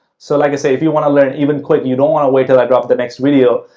so, like i say, if you want to learn even click, you don't want to wait till i drop the next video,